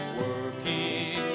working